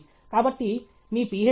కాబట్టి మీ Ph